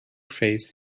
face